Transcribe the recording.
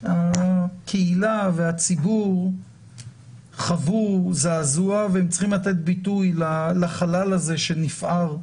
שהקהילה והציבור חוו זעזוע והם צריכים לתת ביטוי לחלל הזה שנפער.